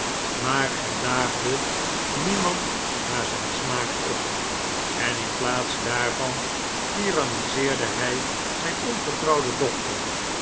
maar er daagde niemand naar zijn smaak op en in plaats daarvan tiranniseerde hij zijn ongetrouwde dochter